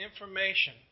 information